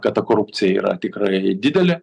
kad ta korupcija yra tikrai didelė